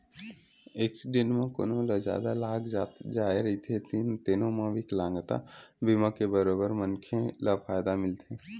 accident म कोनो ल जादा लाग जाए रहिथे तेनो म बिकलांगता बीमा के बरोबर मनखे ल फायदा मिलथे